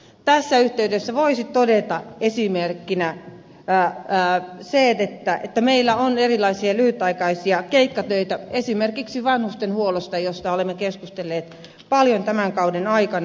tässä yhteydessä voisi todeta esimerkkinä sen että meillä on erilaisia lyhytaikaisia keikkatöitä esimerkiksi vanhustenhuollossa josta olemme keskustelleet paljon tämän kauden aikana